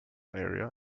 area